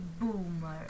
boomer